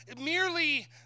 merely